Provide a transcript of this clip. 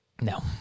no